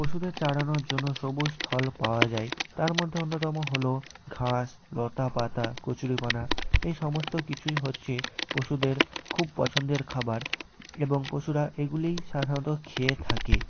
পশুদের চরানোর জন্য সবুজ স্থল পাওয়া যায় তার মধ্যে অন্যতম হল ঘাস লতাপাতা কচুরিপানা এই সমস্ত কিছুই হচ্ছে পশুদের খুব পছন্দের খাবার এবং পশুরা এগুলিই সাধারণত খেয়ে থাকে